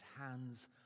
hands